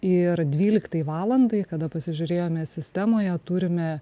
ir dvyliktai valandai kada pasižiūrėjome sistemoje turime